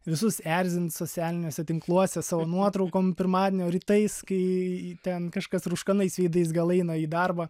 visus erzint socialiniuose tinkluose savo nuotraukom pirmadienio rytais kai ten kažkas rūškanais veidais gal eina į darbą